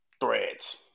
threads